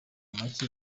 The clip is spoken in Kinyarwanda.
make